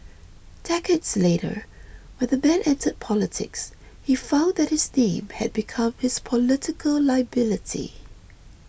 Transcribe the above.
decades later when the man entered politics he found that his name had become his political liability